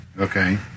okay